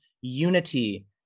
unity